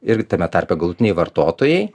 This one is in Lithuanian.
ir tame tarpe galutiniai vartotojai